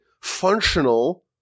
functional